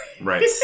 Right